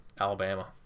Alabama